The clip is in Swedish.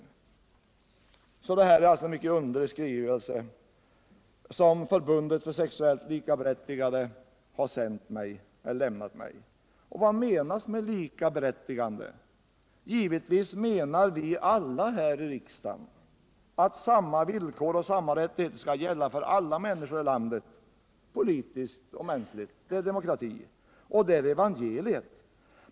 Det är alltså en mycket underlig skrivelse som Riksförbundet för sexuellt likaberättigande har sänt mig. Och vad menas med ”likaberättigande”? Givetvis menar vi alla i riksdagen att samma villkor och samma rättigheter skall gälla för alla människor i landet, politiskt såväl som mänskligt. Det är demokrati, och det är evangelium.